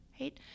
right